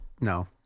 no